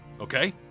Okay